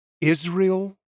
Israel